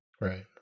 Right